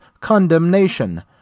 condemnation